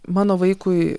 mano vaikui